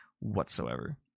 whatsoever